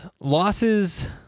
losses